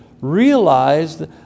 realized